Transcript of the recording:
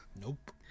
Nope